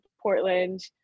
Portland